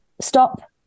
Stop